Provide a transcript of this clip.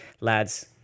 lads